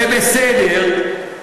זה בסדר,